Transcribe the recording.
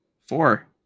Four